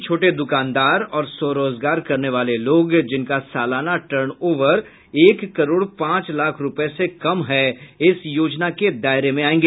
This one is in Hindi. छोटे दुकानदार और स्वरोजगार करने वाले लोग जिनका सालाना टर्न ओवर एक करोड़ पांच लाख रूपये से कम है इस योजना के दायरे में आयोगा